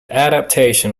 adaptation